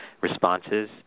responses